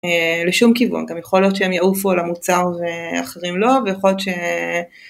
לשום כיוון. גם יכול להיות שהם יעופו על המוצר ואחרים לא, ויכול להיות